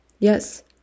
Yes